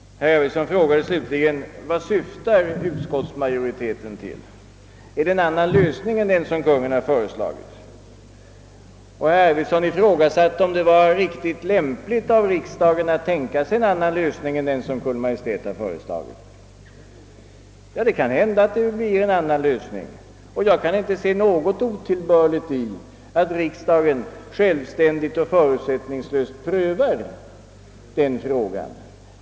Herr Arvidson frågade slutligen vad utskottsmajoriteten syftar till. är det en annan lösning än den Kungl. Maj:t föreslagit? Herr Arvidson ifrågasatte om det är riktigt lämpligt av riksdagen att tänka sig en annan lösning än den av Kungl. Maj:t föreslagna. Ja, det kan hända att det blir en annan lösning, och jag kan inte se något otillbörligt i att riksdagen självständigt och förutsättningslöst prövar denna fråga.